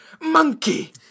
monkey